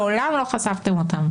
מעולם לא חשפתם אותם.